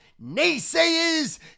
naysayers